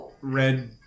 red